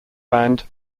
band